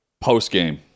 post-game